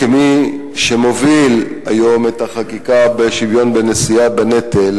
כמי שמוביל היום את החקיקה לשוויון בנשיאה בנטל,